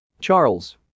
charles